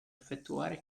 effettuare